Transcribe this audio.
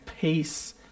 peace